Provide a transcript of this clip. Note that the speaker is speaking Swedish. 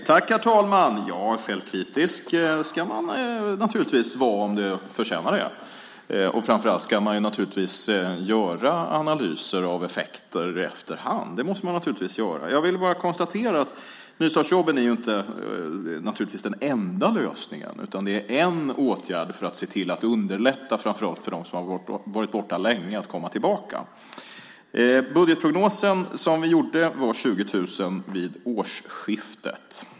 Herr talman! Ja, självkritisk ska man naturligtvis vara om man förtjänar det. Framför allt ska man göra analyser av effekter efter hand. Det måste man naturligtvis göra. Jag vill bara konstatera att nystartsjobben naturligtvis inte är den enda lösningen. Det är en åtgärd för att se till att underlätta för framför allt dem som har varit borta länge att komma tillbaka. Budgetprognosen var 20 000 vid årsskiftet.